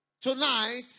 Tonight